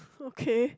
okay